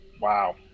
Wow